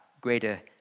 greater